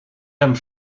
hem